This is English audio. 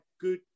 good